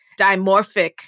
dimorphic